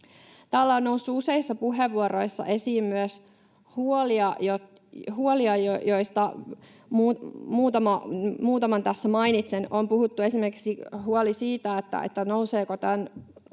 Täällä on noussut useissa puheenvuoroissa esiin myös huolia, joista muutaman tässä mainitsen. On puhuttu esimerkiksi huolesta, nouseeko tämän uudistuksen